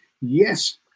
Yes